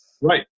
Right